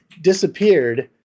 disappeared